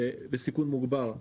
בסיכון מוגבר,